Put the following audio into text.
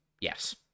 Yes